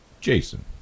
Jason